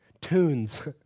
tunes